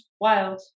wild